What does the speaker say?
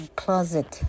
closet